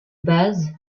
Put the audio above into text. base